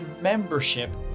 membership